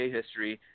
history